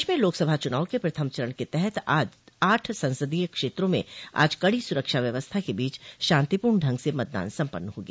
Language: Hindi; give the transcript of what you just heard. प्रदेश में लोकसभा चुनाव के प्रथम चरण के तहत आठ संसदीय क्षेत्रों में आज कड़ी सुरक्षा व्यवस्था के बीच शांतिपूर्ण ढंग से मतदान सम्पन्न हो गया